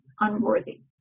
unworthy